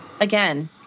again